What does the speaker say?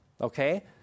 okay